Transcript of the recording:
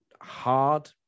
hard